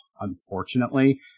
unfortunately